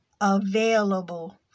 available